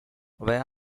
where